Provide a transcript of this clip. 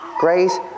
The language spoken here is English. grace